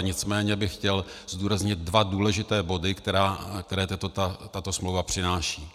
Nicméně bych chtěl zdůraznit dva důležité body, které tato smlouva přináší.